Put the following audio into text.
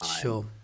Sure